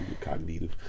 Cognitive